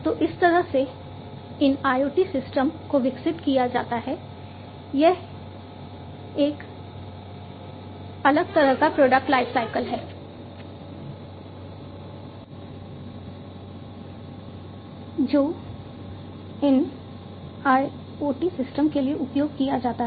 तो जिस तरह से इन IoT सिस्टम को विकसित किया जाता है यह एक अलग तरह का प्रोडक्ट लाइफसाइकिल है जो इन IoT सिस्टम के लिए उपयोग किया जाता है